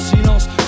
silence